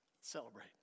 celebrate